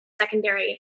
secondary